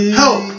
help